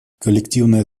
коллективная